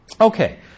Okay